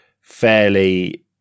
fairly